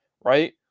right